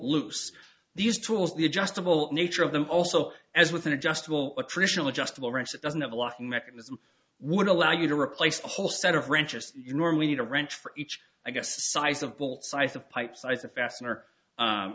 loose these tools the adjustable nature of them also as with an adjustable attritional adjustable wrench that doesn't have a locking mechanism would allow you to replace the whole set of wrenches you normally need a wrench for each i guess